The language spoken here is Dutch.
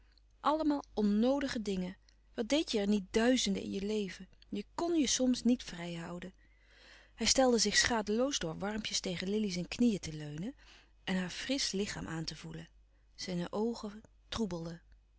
allemaal onnoodige dingen wat deedt je er niet duizenden in je leven je kn je soms niet vrijhouden hij stelde zich schadeloos door warmpjes tegen lili zijn knieën te leunen en haar frisch lichaam aan te voelen zijne oogen troebelden